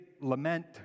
lament